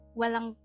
walang